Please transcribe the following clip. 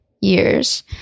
years